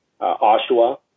Oshawa